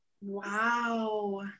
Wow